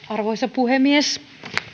arvoisa puhemies